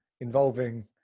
involving